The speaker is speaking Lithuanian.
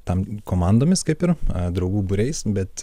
tam komandomis kaip ir draugų būriais bet